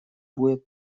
будет